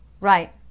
right